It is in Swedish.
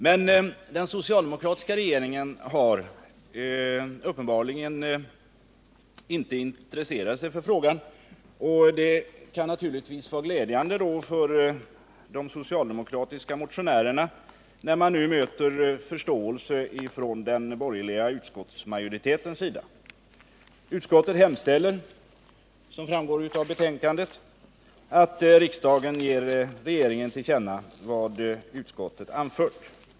Men den socialdemokratiska regeringen har uppenbarligen inte intresserat sig för frågan, och det kan då naturligtvis vara glädjande för de socialdemokratiska motionärerna att de nu möter förståelse från den borgerliga utskottsmajoritetens sida. Utskottet hemställer, som framgår av betänkandet, att riksdagen ger regeringen till känna vad utskottet anfört.